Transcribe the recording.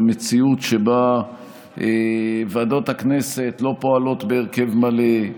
במציאות שבה ועדות הכנסת לא פועלות בהרכב מלא,